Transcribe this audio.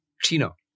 Chino